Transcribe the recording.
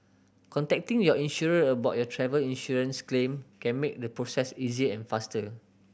contacting your insurer about your travel insurance claim can make the process easier and faster